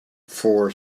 for